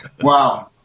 Wow